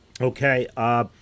Okay